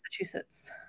Massachusetts